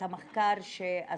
את המחקר שעשו.